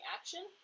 action